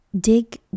dig